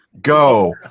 Go